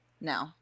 No